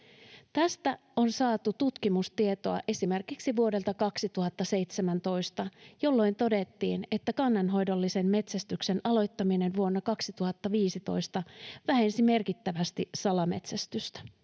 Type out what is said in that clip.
Tästä on saatu tutkimustietoa esimerkiksi vuodelta 2017, jolloin todettiin, että kannanhoidollisen metsästyksen aloittaminen vuonna 2015 vähensi merkittävästi salametsästystä.